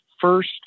first